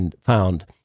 found